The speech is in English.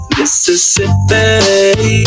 Mississippi